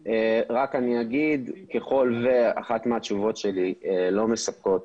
אם אחת התשובות שלי לא מספקת